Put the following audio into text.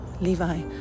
Levi